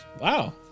Wow